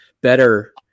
better